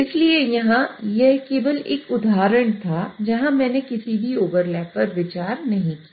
इसलिए यहाँ यह केवल एक उदाहरण था जहाँ मैंने किसी भी ओवरलैप पर विचार नहीं किया